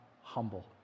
humble